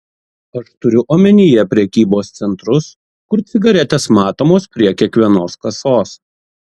aš turiu omenyje prekybos centrus kur cigaretės matomos prie kiekvienos kasos